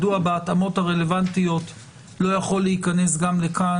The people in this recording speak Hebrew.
מדוע בהתאמות הרלוונטיות לא יכול להיכנס גם לכאן